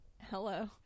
Hello